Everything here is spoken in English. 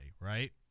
right